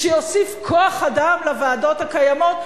שיוסיף כוח אדם לוועדות הקיימות,